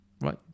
right